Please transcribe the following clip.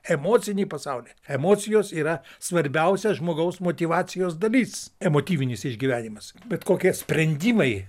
emocinį pasaulį emocijos yra svarbiausia žmogaus motyvacijos dalis emotyvinis išgyvenimas bet kokie sprendimai